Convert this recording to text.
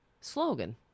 slogan